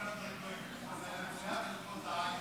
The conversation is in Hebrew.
22 לא נתקבלה.